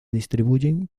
distribuyen